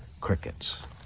crickets